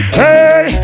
hey